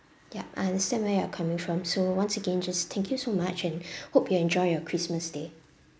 yup I understand where you're coming from so once again just thank you so much and hope you enjoy your christmas day